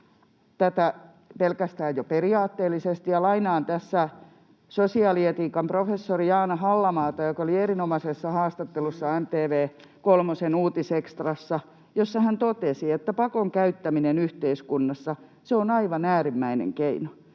tätä pelkästään jo periaatteellisesti, ja lainaan tässä sosiaalietiikan professoria Jaana Hallamaata, joka oli erinomaisessa haastattelussa MTV-kolmosen Uutisextrassa, jossa hän totesi: ”Pakon käyttäminen yhteiskunnassa, se on aivan äärimmäinen keino.